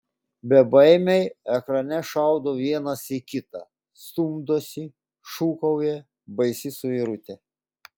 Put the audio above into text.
bebaimiai ekrane šaudo vienas į kitą stumdosi šūkauja baisi suirutė